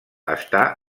està